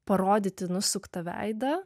parodyti nusuktą veidą